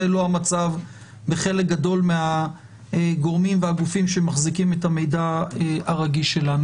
זה לא המצב בחלק גדול מהגורמים והגופים שמחזיקים את המידע הרגיש שלנו.